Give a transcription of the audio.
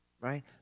right